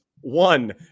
One